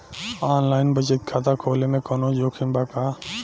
Online बचत खाता खोले में कवनो जोखिम बा का?